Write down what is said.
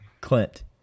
Clint